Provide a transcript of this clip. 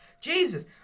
Jesus